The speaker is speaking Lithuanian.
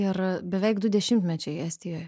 ir beveik du dešimtmečiai estijoje